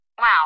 Wow